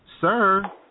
sir